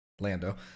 Lando